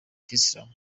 kiyisilamu